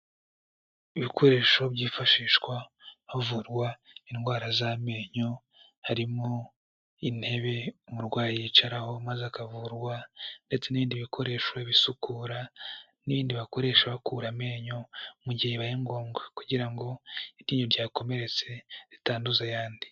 Ibikoresho byifashishwa havurwa indwara z'amenyo, harimo intebe umurwayi yicaraho maze akavurwa, ndetse n'ibindi bikoresho bisukura, n'ibindi bakoresha bakura amenyo, mu gihe bibaye ngombwa, kugira ngo iryinyo ryakomeretse, ritanduza ayandi.